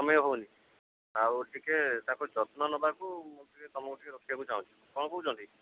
ସମୟ ହଉନି ଆଉ ଟିକିଏ ତାକୁ ଯତ୍ନ ନେବାକୁ ମୁଁ ଟିକିଏ ତମକୁ ଟିକିଏ ରଖିବାକୁ ଚାହୁଁଛି କ'ଣ କହୁଛନ୍ତି